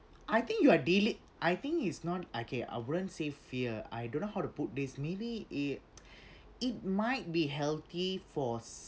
I think you are deali~ I think it’s not okay I wouldn't say fear I don't know how to put this maybe it it might be healthy for